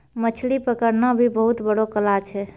मछली पकड़ना भी बहुत बड़ो कला छै